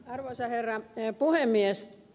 arvoisa herra puhemies